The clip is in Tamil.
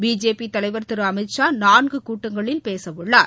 பிஜேபி தலைவர் திரு அமித் ஷா நான்கு கூட்டங்களில் பேச உள்ளார்